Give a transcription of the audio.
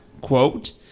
quote